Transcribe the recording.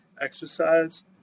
exercise